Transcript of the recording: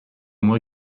moi